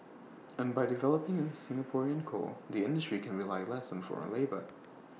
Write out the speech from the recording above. and by developing A Singaporean core the industry can rely less on foreign labour